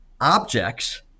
objects